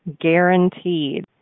guaranteed